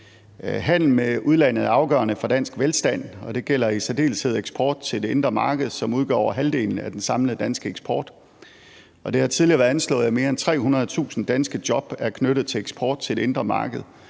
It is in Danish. Handel med udlandet er afgørende for dansk velstand, og det gælder i særdeleshed eksport til det indre marked, som udgør over halvdelen af den samlede danske eksport. Det har tidligere været anslået, at mere end 300.000 danske job er knyttet til eksport til det indre marked.